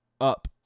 up